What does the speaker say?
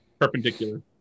Perpendicular